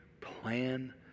plan